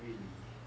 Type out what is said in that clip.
really